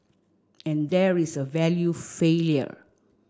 and there is a value failure